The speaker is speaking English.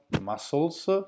muscles